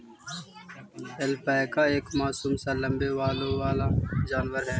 alpaca एक मासूम सा लम्बे बालों वाला जानवर है